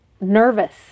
nervous